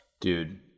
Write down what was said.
dude